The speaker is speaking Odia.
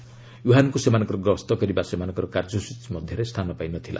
ଓ୍ୱହାନ୍କୁ ସେମାନଙ୍କର ଗସ୍ତ କରିବା ସେମାନଙ୍କର କାର୍ଯ୍ୟସୂଚୀ ମଧ୍ୟରେ ସ୍ଥାନ ପାଇ ନ ଥିଲା